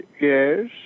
Yes